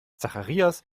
zacharias